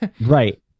right